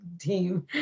team